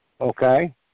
Okay